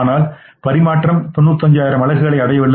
ஆனால் பரிமாற்றம் 95000 அலகுகளை அடையவில்லை